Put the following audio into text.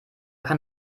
kann